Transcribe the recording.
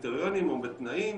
בקריטריונים או בתנאים